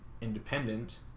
independent